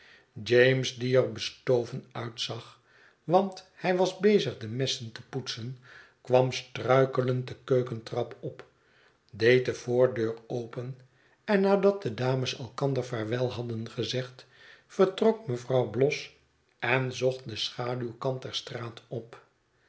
james die er bestoven uitzag want hij was bezig de messen te poetsen kwam struikelend de keukentrap op deed de voordeur open en nadat de dames elkander vaarwel hadden gezegd vertrok mevrouw bloss en zocht den schaduwkant der straat op